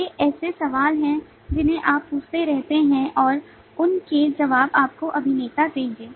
ये ऐसे सवाल हैं जिन्हें आप पूछते रह सकते हैं और उन के जवाब आपको अभिनेता देंगे